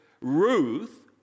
Ruth